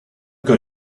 got